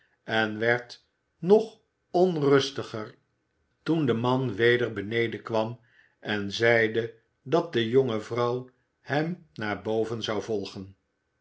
en werd nog onrustiger toen de man weder beneden kwam en zeide dat de jonge vrouw hem naar boven zou volgen